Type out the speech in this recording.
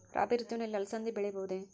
ರಾಭಿ ಋತುವಿನಲ್ಲಿ ಅಲಸಂದಿ ಬೆಳೆಯಬಹುದೆ?